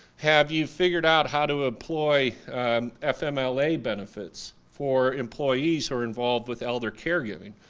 have you figured out how to employ fmla benefits for employees who are involved with elder caregiving?